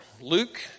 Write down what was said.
Luke